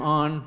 on